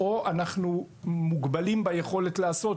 או: "אנחנו מוגבלים ביכולת לעשות,